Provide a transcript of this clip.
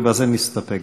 ובזה נסתפק.